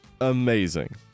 amazing